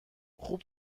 خوب